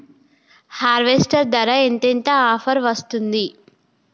Harvester ధర ఎంత ఎంత ఆఫర్ వస్తుంది?